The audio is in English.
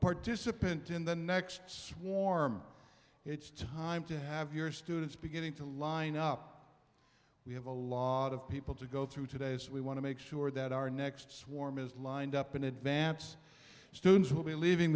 participant in the next swarm it's time to have your students beginning to line up we have a lot of people to go through today as we want to make sure that our next swarm is lined up in advance students will be leaving